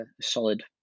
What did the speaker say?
solid